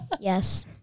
Yes